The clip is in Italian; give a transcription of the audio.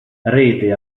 rete